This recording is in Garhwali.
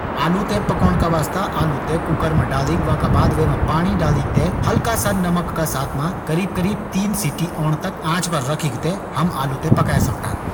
आलू थें पकोण का वास्ता आलू थें कूकर मा डालिक और विमा थोड़ा सा नमक और पाणी डालिक। आंच मा तीन सीटी लगेक पकाये जै सकदु।